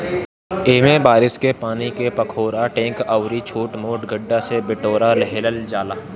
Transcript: एमे बारिश के पानी के पोखरा, टैंक अउरी छोट मोट गढ्ढा में बिटोर लिहल जाला